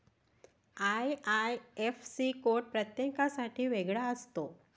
IIFC code प्रत्येकासाठी वेगळा असतो